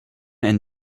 and